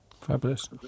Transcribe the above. Fabulous